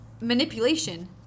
manipulation